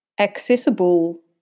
accessible